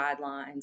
guidelines